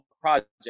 project